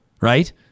right